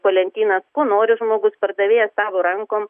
po lentynas ko nori žmogus pardavėja savo rankom